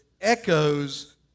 echoes